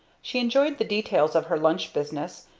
she enjoyed the details of her lunch business,